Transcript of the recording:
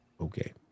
Okay